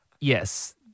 yes